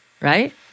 Right